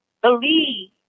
believe